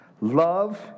love